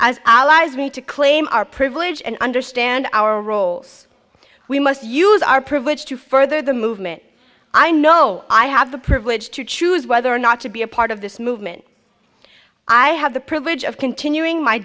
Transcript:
allies me to claim our privilege and understand our roles we must use our privilege to further the movement i know i have the privilege to choose whether or not to be a part of this movement i have the privilege of continuing my